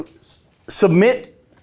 Submit